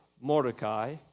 Mordecai